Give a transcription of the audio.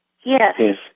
Yes